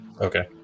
okay